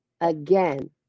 again